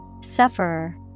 Sufferer